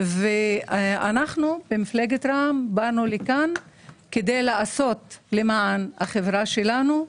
ואנחנו במפלגת רע"מ באנו לכאן כדי לעשות למען החברה שלנו,